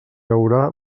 haurà